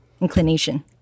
inclination